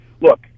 look